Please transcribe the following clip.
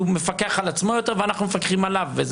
מפקח על עצמו יותר ואנחנו מפקחים עליו.